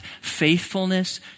faithfulness